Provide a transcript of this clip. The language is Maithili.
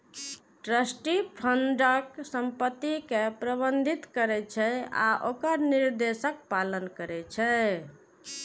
ट्रस्टी फंडक संपत्ति कें प्रबंधित करै छै आ ओकर निर्देशक पालन करै छै